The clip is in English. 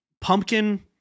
pumpkin